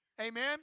amen